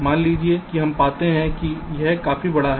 मान लीजिए कि हम पाते हैं कि यह काफी बड़ा है